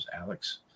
Alex